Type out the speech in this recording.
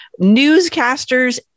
newscasters